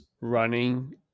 running